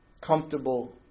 Comfortable